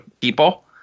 people